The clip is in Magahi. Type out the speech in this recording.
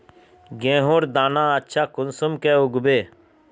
गेहूँर दाना अच्छा कुंसम के उगबे?